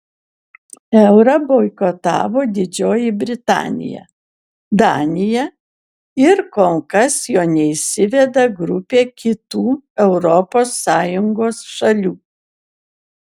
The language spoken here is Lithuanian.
eurą boikotavo didžioji britanija danija ir kol kas jo neįsiveda grupė kitų europos sąjungos šalių